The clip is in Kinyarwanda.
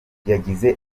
yagize